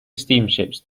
steamships